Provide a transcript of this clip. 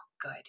good